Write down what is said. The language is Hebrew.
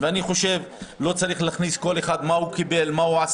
אני תומך בזה